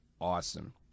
awesome